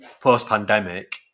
post-pandemic